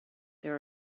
there